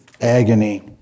agony